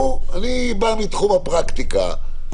אני בא מתחום הפרקטיקה,